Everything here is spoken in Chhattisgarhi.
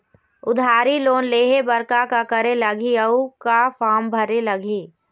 उधारी लोन लेहे बर का का करे लगही अऊ का का फार्म भरे लगही?